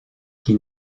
qui